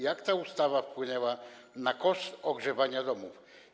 Jak ta ustawa wpłynęła na koszt ogrzewania domów?